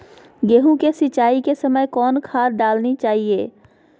गेंहू के सिंचाई के समय कौन खाद डालनी चाइये?